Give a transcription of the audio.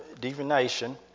divination